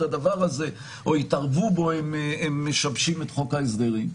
הדבר הזה או יתערבו בו הם משבשים את חוק ההסדרים.